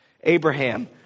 Abraham